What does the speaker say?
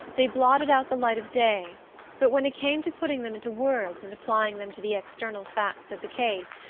they blotted out the light of day but when it came to putting them into words and applying them to the external facts of the case,